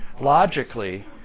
logically